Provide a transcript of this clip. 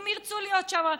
הם ירצו להיות שם.